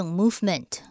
movement